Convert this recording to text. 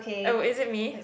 oh is it me